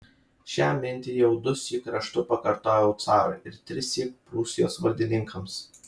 šią mintį jau dusyk raštu pakartojau carui ir trissyk prūsijos valdininkams